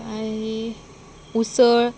आनी उसळ